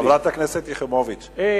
חברת הכנסת יחימוביץ,